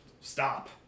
Stop